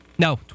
No